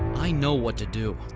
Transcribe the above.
i know what to do.